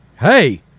hey